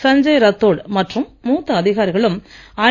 சஞ்சய் ரத்தோட் மற்றும் மூத்த அதிகாரிகளும் ஐ